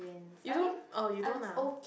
you don't oh you don't ah